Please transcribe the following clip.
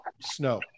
snow